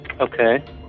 Okay